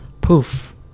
poof